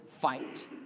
fight